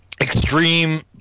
extreme